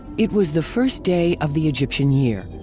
it was the first day of the egyptian year.